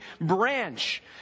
branch